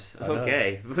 Okay